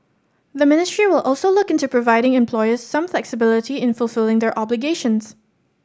the ministry will also look into providing employers some flexibility in fulfilling their obligations